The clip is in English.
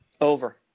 Over